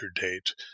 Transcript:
date